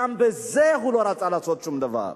גם בזה הוא לא רצה לעשות שום דבר.